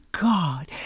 God